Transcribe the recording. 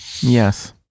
Yes